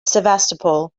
sevastopol